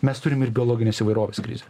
mes turim ir biologinės įvairovės krizę